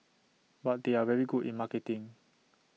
but they are very good in marketing